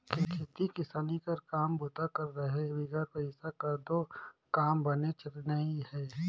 खेती किसानी कर काम बूता कर रहें बिगर पइसा कर दो काम बननेच नी हे